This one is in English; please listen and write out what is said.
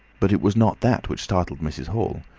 but it was not that which startled mrs. hall.